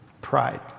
Pride